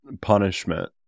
punishment